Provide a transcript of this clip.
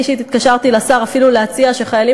אני אישית התקשרתי לשר להציע אפילו שחיילים